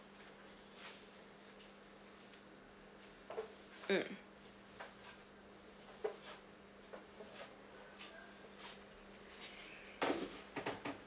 mm